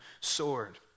sword